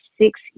six